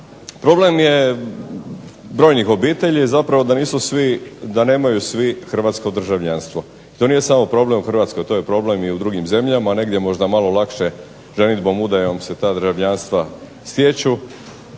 Problem je brojnih obitelji zapravo da nemaju svi hrvatsko državljanstvo. To nije samo problem u Hrvatskoj, to je problem i u drugim zemljama, negdje možda malo lakše ženidbom, udajom se ta državljanstva stječu,